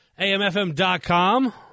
AMFM.com